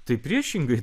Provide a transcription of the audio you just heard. tai priešingai